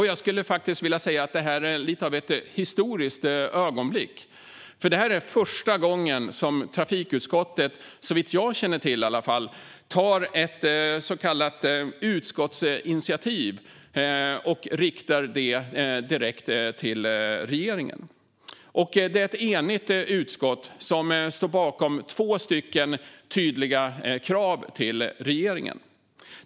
Jag skulle vilja säga att detta är lite av ett historiskt ögonblick, för det är första gången trafikutskottet - i alla fall såvitt jag känner till - tar ett så kallat utskottsinitiativ och riktar det direkt till regeringen. Det är ett enigt utskott som står bakom två tydliga krav till regeringen.